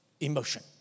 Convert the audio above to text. emotion